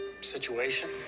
situation